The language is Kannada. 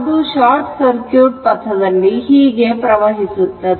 ಅದು ಶಾರ್ಟ್ ಸರ್ಕ್ಯೂಟ್ ಪಥದಲ್ಲಿ ಹೀಗೆ ಪ್ರವಹಿಸುತ್ತದೆ